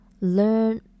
learn